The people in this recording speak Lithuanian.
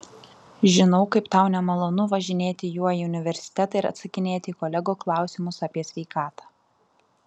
žinau kaip tau nemalonu važinėti juo į universitetą ir atsakinėti į kolegų klausimus apie sveikatą